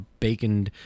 baconed